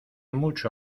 mucho